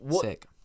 sick